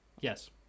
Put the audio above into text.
Yes